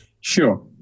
Sure